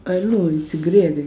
I don't know it's grey I think